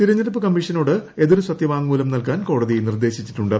തിരഞ്ഞെടുപ്പ് കമ്മീഷനോട് എതിർ സത്യവാങ്മൂലം നൽകാൻ കോടതി നിർദ്ദേശിച്ചിട്ടുണ്ട്